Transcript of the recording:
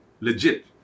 legit